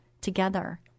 together